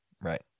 Right